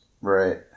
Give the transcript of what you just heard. Right